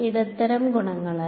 ഇടത്തരം ഗുണങ്ങളാൽ